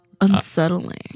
Unsettling